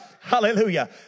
Hallelujah